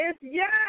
yes